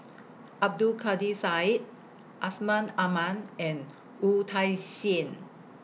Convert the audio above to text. Abdul Kadir Syed Asman Aman and Wu Tsai Yen